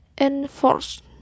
enforce